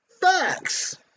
Facts